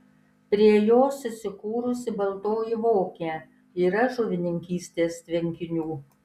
prie jos įsikūrusi baltoji vokė yra žuvininkystės tvenkinių